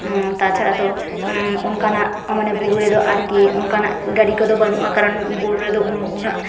ᱛᱟᱪᱷᱟᱲᱟ ᱫᱚ ᱚᱱᱠᱟᱱᱟᱜ ᱢᱟᱱᱮ ᱵᱩᱨᱩ ᱨᱮᱫᱚ ᱟᱨᱠᱤ ᱚᱱᱠᱟᱱᱟᱜ ᱜᱟᱹᱰᱤ ᱠᱚᱫᱚ ᱵᱟᱹᱱᱩᱜᱼᱟ ᱠᱟᱨᱚᱱ ᱵᱩᱨᱩ ᱨᱮᱫᱚ ᱩᱱᱟᱹᱜ